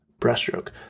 breaststroke